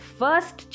first